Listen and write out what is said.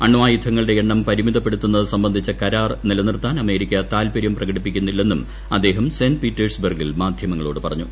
അണ്വായുധങ്ങളുടെ എണ്ണം പരിമിതപ്പെടുത്തുന്നതു സംബന്ധിച്ച കരാർ നിലനിർത്താൻ അമേരിക്ക താൽപര്യം പ്രകടിപ്പിക്കുന്നില്ലെന്നും അദ്ദേഹം സെന്റ് പീറ്റേഴ്സ്ബർഗിൽ മാധ്യമങ്ങളോട് പറഞ്ഞു